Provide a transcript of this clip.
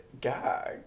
Gag